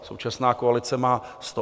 Současná koalice má 108.